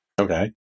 Okay